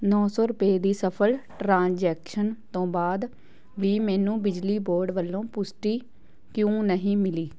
ਨੌ ਸੌ ਰੁਪਏ ਦੀ ਸਫਲ ਟ੍ਰਾਂਜੈਕਸ਼ਨ ਤੋਂ ਬਾਅਦ ਵੀ ਮੈਨੂੰ ਬਿਜਲੀ ਬੋਰਡ ਵੱਲੋਂ ਪੁਸ਼ਟੀ ਕਿਉਂ ਨਹੀਂ ਮਿਲੀ